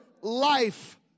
life